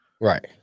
Right